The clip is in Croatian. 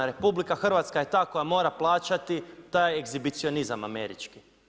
RH je ta koja mora plaćati taj egzibicionizam američki.